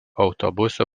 autobusų